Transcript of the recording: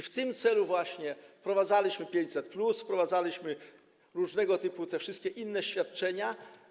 W tym celu wprowadzaliśmy 500+, wprowadzaliśmy różnego typu wszystkie inne świadczenia.